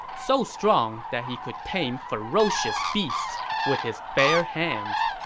so strong that he could tame ferocious beasts with his bare hands.